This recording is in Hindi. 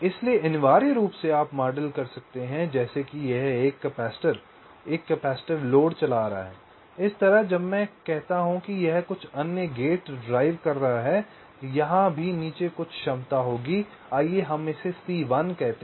इसलिए अनिवार्य रूप से आप मॉडल कर सकते हैं कि जैसे कि यह एक संधारित्र एक कैपेसिटिव लोड चला रहा है इसी तरह जब मैं कहता हूं कि यह कुछ अन्य गेट चला रहा है तो यहां भी नीचे कुछ क्षमता होगी आइए हम इसे C1 कहते हैं